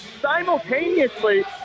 Simultaneously